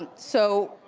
and so,